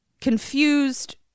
Confused